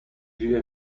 vues